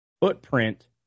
footprint